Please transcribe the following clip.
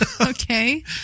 okay